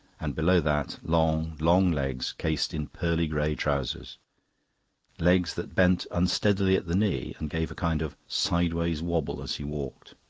and below that long, long legs cased in pearl-grey trousers legs that bent unsteadily at the knee and gave a kind of sideways wobble as he walked.